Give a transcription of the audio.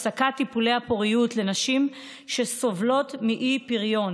על הפסקת טיפולי הפוריות לנשים שסובלות מאי-פריון